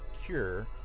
Cure